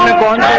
one